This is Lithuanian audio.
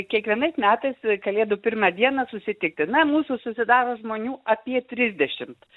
kiekvienais metais kalėdų pirmą dieną susitikti na mūsų susidaro žmonių apie trisdešimt